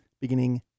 beginning